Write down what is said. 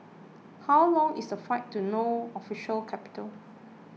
how long is the flight to No Official Capital